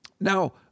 now